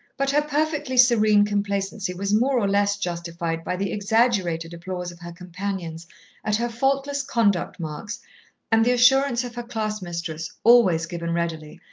but her perfectly serene complacency was more or less justified by the exaggerated applause of her companions at her faultless conduct marks and the assurance of her class-mistress, always given readily,